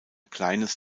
kleines